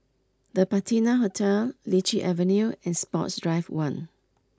the Patina Hotel Lichi Avenue and Sports Drive one